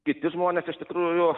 kiti žmonės iš tikrųjų